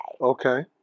Okay